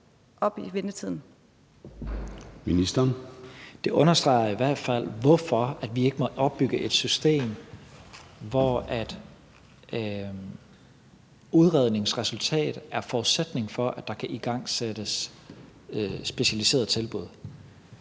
Det understreger i hvert fald, hvorfor vi ikke må opbygge et system, hvor udredningens resultat er forudsætningen for, at der kan igangsættes specialiserede tilbud.